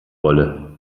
wolle